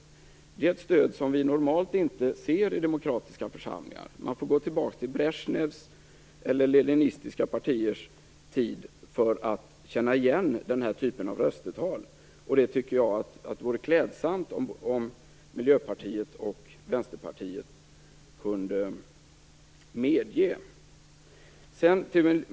Ett sådant stöd ser vi normalt inte i demokratiska församlingar. Man får gå tillbaka till Brezjnevs eller till leninistiska partiers tid för att känna igen den här typen av röstetal. Jag tycker att det vore klädsamt om Miljöpartiet och Vänsterpartiet kunde medge det.